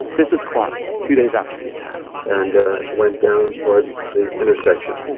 this is clark two days after the attack. and went down toward the intersection.